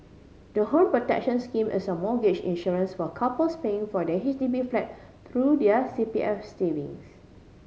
the Home Protection Scheme is a mortgage insurance for couples paying for their H D B flat through their C P F savings